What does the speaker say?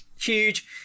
huge